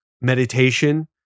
meditation